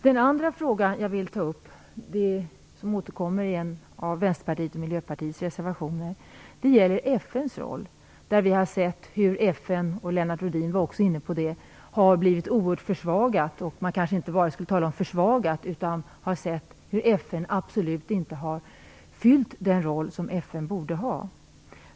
Den andra fråga jag vill ta upp - den återkommer i en av Vänsterpartiets och Miljöpartiets reservationer - är FN:s roll. Vi har sett att FN - Lennart Rohdin var också inne på det - har blivit oerhört försvagat. Man kanske t.o.m. kan säga att FN absolut inte har spelat den roll som det borde ha gjort.